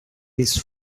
his